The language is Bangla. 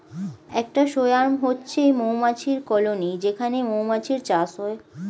একটা সোয়ার্ম হচ্ছে মৌমাছির কলোনি যেখানে মৌমাছির চাষ হয়